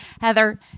Heather